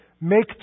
make